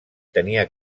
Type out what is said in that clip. tenia